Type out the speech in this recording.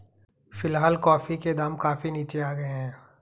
फिलहाल कॉफी के दाम काफी नीचे आ गए हैं